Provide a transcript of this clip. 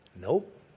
Nope